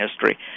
history